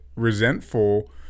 resentful